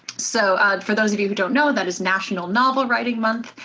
so for those of you who don't know, that is national novel writing month.